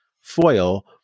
foil